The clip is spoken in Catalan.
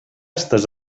estès